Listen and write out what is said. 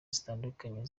zitandukanye